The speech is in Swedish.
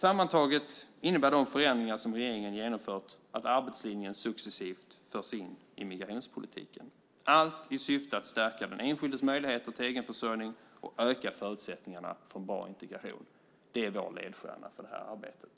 Sammantaget innebär de förändringar som regeringen genomfört att arbetslinjen successivt förs in i migrationspolitiken, allt i syfte att stärka den enskildes möjligheter till egenförsörjning och öka förutsättningarna för en bra integration. Det är vår ledstjärna för det här arbetet.